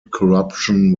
corruption